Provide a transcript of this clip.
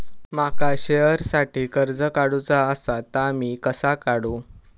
माका शेअरसाठी कर्ज काढूचा असा ता मी कसा काढू?